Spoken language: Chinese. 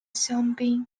香槟